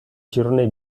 girone